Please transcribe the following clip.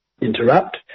interrupt